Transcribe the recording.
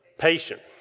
Patient